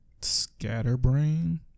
Scatterbrain